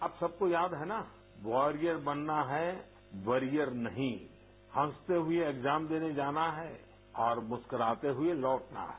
आप सब को याद है ना वॉरियर बनना है वरियर नहीं हंसते हुए एग्जाम देने जाना है और मुस्कुराते हुए लौटना है